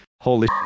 holy